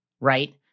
right